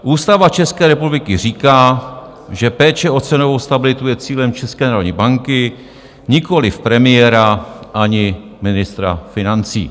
Ústava České republiky říká, že péče o cenovou stabilitu je cílem České národní banky, nikoliv premiéra ani ministra financí.